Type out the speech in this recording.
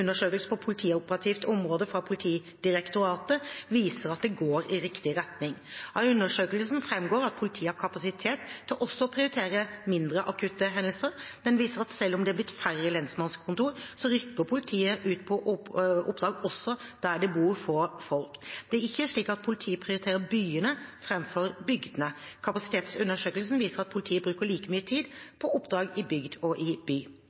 på politioperativt område fra Politidirektoratet viser at det går i riktig retning. Av undersøkelsen framgår det at politiet har kapasitet til også å prioritere mindre akutte hendelser. Den viser at selv om det har blitt færre lensmannskontor, rykker politiet ut på oppdrag også der det bor få folk. Det er ikke slik at politiet prioriterer byene framfor bygdene. Kapasitetsundersøkelsen viser at politiet bruker like mye tid på oppdrag i bygd og i by.